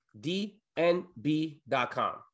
dnb.com